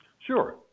Sure